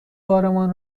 بارمان